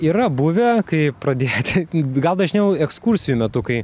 yra buvę kai pradėti gal dažniau ekskursijų metu kai